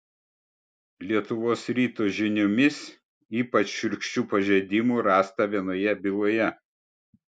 lietuvos ryto žiniomis ypač šiurkščių pažeidimų rasta vienoje byloje